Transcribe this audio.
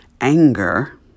anger